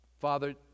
Father